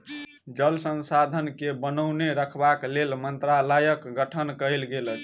जल संसाधन के बनौने रखबाक लेल मंत्रालयक गठन कयल गेल अछि